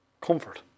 Comfort